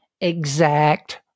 exact